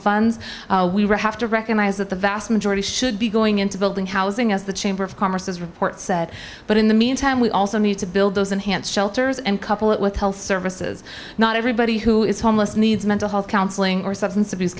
really have to recognize that the vast majority should be going into building housing as the chamber of commerce's report said but in the meantime we also need to build those enhanced shelters and couple that with health services not everybody who is homeless needs mental health counseling or substance abuse